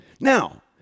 now